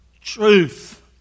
truth